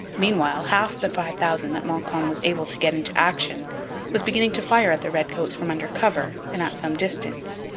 meanwhile half the five thousand that montcalm was able to get into action was beginning to fire at the redcoats from under cover and at some distance.